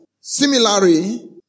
Similarly